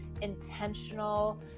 intentional